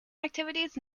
activities